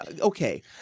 Okay